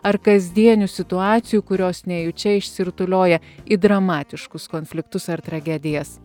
ar kasdienių situacijų kurios nejučia išsirutulioja į dramatiškus konfliktus ar tragedijas